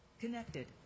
Connected